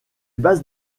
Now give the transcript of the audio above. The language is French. bases